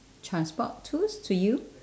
transport tools to you